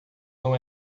não